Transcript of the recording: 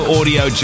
Audio